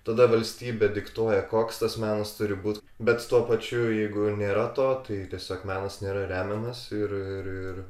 tada valstybė diktuoja koks tas menas turi būt bet tuo pačiu jeigu nėra to tai tiesiog menas nėra remiamas ir ir ir